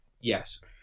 Yes